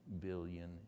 billion